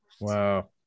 Wow